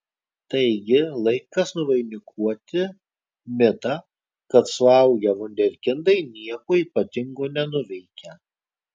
taigi laikas nuvainikuoti mitą kad suaugę vunderkindai nieko ypatingo nenuveikia